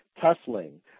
tussling